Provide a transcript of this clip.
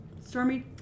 Stormy